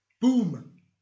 Boom